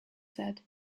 said